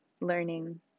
learning